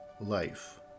Life